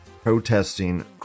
protesting